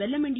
Vellamandi